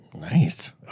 Nice